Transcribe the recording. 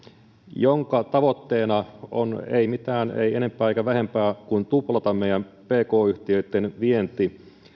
jonka tavoitteena on ei mitään ei enempää eikä vähempää kuin tuplata meidän pk yhtiöittemme vienti